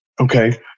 okay